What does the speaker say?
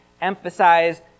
emphasize